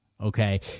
Okay